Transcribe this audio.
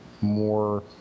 more